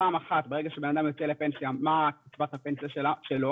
פעם אחת ברגע שבן אדם יוצא לפנסיה מה קצבת הפנסיה שלו.